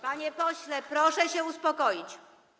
Panie pośle, proszę się uspokoić.